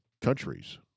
countries